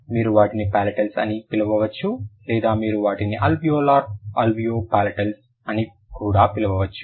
మీరు వాటిని పాలటల్స్ అని పిలువవచ్చు లేదా మీరు వాటిని అల్వియోలార్ ఆల్వియోపలాటల్స్ అని కూడా పిలువవచ్చు